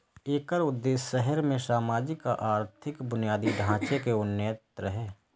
एकर उद्देश्य शहर मे सामाजिक आ आर्थिक बुनियादी ढांचे के उन्नयन रहै